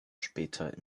später